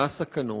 מה הסכנות,